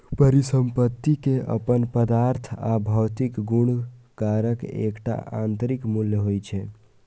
परिसंपत्ति के अपन पदार्थ आ भौतिक गुणक कारण एकटा आंतरिक मूल्य होइ छै